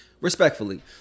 Respectfully